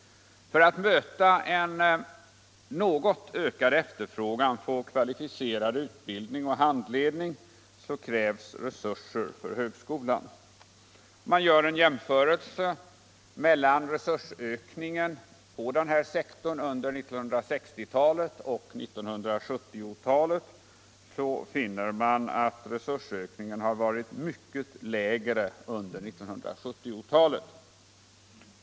För att möta en något ökad efterfrågan på kvalificerad utbildning och handledning krävs resurser för högskolan. Om man gör en jämförelse mellan resursökningen på denna sektor under 1960-talet och 1970-talet, finner man att resursökningen har varit mycket lägre under 1970-talet.